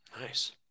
Nice